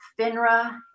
FINRA